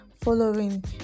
following